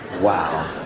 Wow